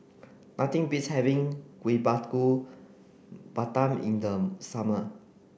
nothing beats having Kuih Bakar Pandan in the summer